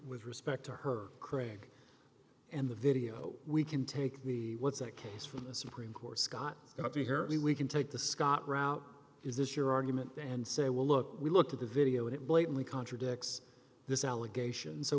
with respect to her craig and the video we can take me what's that case from the supreme court scott got to hear me we can take the scott route is this your argument and say well look we looked at the video and it blatantly contradicts this allegation so